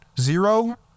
zero